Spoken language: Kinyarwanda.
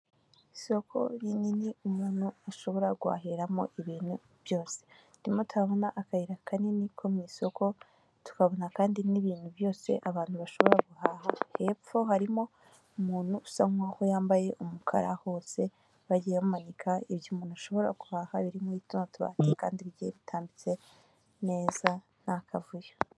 Isoko rinini umuntu ashobora kuhahiramo ibintu byose, turimo turabona akayira kanini ko mu isoko, tukabona kandi n'ibintu byose abantu bashobora guhaha hepfo harimo umuntu usa nkaho yambaye umukara hose, bagiye bamanika ibyo umuntu ashobora guhaha biri muri tuno tubati kandi bigihe bitambitse neza nta kavuyo.